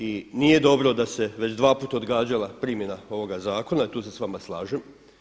I nije dobro da se već dvaput odgađala primjena ovoga zakona, tu se s vama slažem.